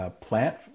plant